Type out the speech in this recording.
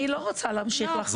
אני לא רוצה להמשיך לחלום.